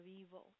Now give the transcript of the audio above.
evil